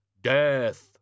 death